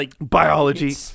biology